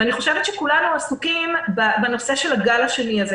אני חושבת שכולנו עסוקים בנושא הגל השני הזה.